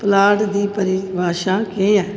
plot दी परिभाशा केह् ऐ